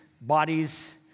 bodies